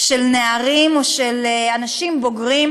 של נערים או של אנשים בוגרים,